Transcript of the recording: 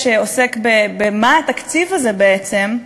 במה התקציב הזה בעצם עוסק,